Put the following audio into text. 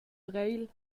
breil